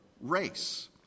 race